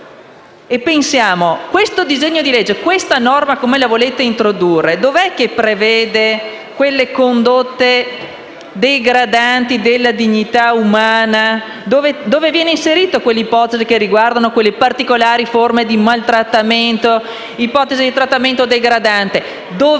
e pensiamo: questo disegno di legge e nello specifico questa norma, per come la volete introdurre, dove prevede quelle condotte degradanti per la dignità umana? Dove vengono inserite quelle ipotesi che riguardano quelle particolari forme di maltrattamento e quelle ipotesi di trattamento degradante? Dove